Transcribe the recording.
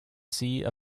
sea